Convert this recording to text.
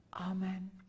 Amen